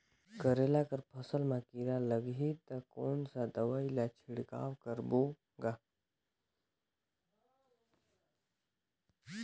करेला कर फसल मा कीरा लगही ता कौन सा दवाई ला छिड़काव करबो गा?